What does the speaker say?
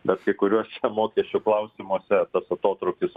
bet kai kuriuose mokesčių klausimuose tas atotrūkis